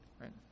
right